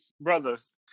brothers